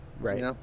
Right